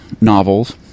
novels